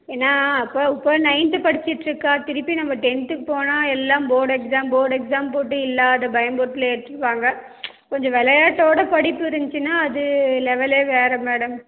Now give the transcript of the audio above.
ஏன்னா இப்போது இப்போது நைன்த்து படிச்சிட்டிருக்கா திருப்பி நம்ம டென்த்து போனால் எல்லாம் போர்ட் எக்ஸாம் போர்ட் எக்ஸாம் போட்டு இல்லாத வாங்க கொஞ்சம் விளையாட்டோட படிப்பு இருந்துச்சினா அது லெவலே வேறே மேடம்